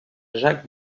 jacques